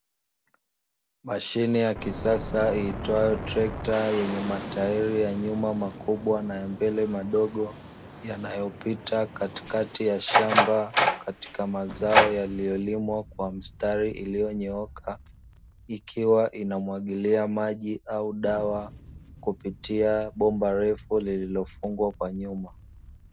Mashine ya kisasa iitwayo trekta yenye matairi ya nyuma makubwa na ya mbele madogo, yanayopita katikati ya shamba katika mazao yaliyolimwa kwa mstari iliyonyooka; ikiwa inamwagilia maji au dawa kupitia bomba refu lililofungwa kwa nyuma.